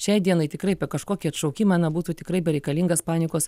šiai dienai tikrai apie kažkokį atšaukimą na būtų tikrai bereikalingas panikos